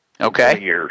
Okay